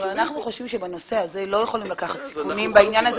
אנחנו חושבים שאנחנו לא יכולים לקחת סיכונים בעניין הזה.